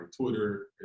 Twitter